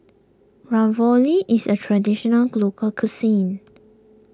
Ravioli is a Traditional Local Cuisine